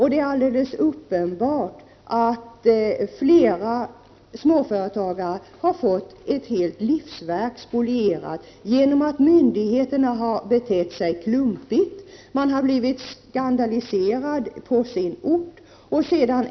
Det är alldeles uppenbart att flera småföretagare har fått ett helt livsverk spolierat genom att myndigheterna har betett sig klumpigt. Företagarna har blivit skandaliserade på sina hemorter.